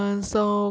orh 真的 ah